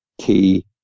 key